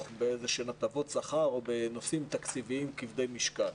בהטבות שכר או בנושאים תקציביים כבדי משקל: